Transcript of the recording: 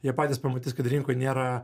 jie patys pamatys kad rinkoj nėra